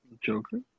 Joker